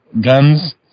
guns